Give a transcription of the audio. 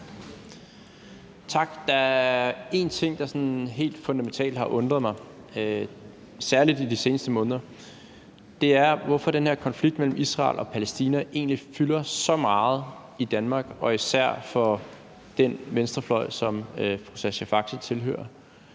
er én ting, der sådan helt fundamentalt har undret mig, særlig i de seneste måneder. Det er, hvorfor den her konflikt mellem Israel og Palæstina egentlig fylder så meget i Danmark og især for den venstrefløj, som fru Sascha Faxe tilhører.